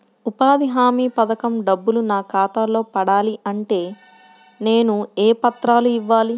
ఉపాధి హామీ పథకం డబ్బులు నా ఖాతాలో పడాలి అంటే నేను ఏ పత్రాలు ఇవ్వాలి?